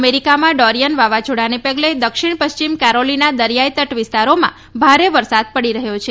અમેરિકામાં ડોરીયન વાવાઝોડાને પગલે દક્ષિણ પશ્ચિમ કારોલીના દરિયાઈ તટ વિસ્તારોમાં ભારે વરસાદ પડી રહ્યો છે